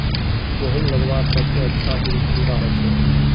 गहुम लगवार सबसे अच्छा दिन कुंडा होचे?